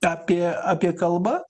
apie apie kalbą